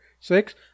six